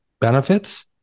benefits